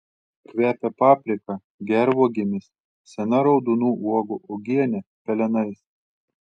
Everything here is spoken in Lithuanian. kvepia paprika gervuogėmis sena raudonų uogų uogiene pelenais